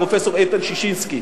פרופסור איתן ששינסקי.